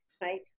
Right